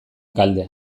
galde